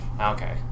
Okay